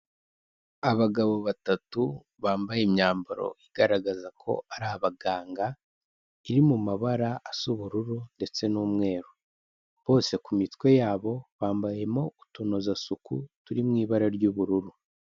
Abagabo batatu bambaye imyambaro igaragaza ko ari abaganga, iri mu mabara asa ubururu ndetse n'umweru. Bose ku mitwe yabo bambayemo utunozasuku turi mu ibara ry'ubururu.